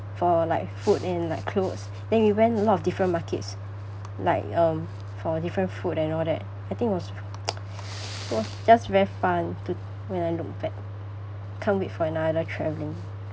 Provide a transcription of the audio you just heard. for like food and like clothes then we went a lot of different markets like um for different food and all that I think it was it was just very fun to when I look back can't wait for another travelling